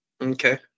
Okay